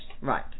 right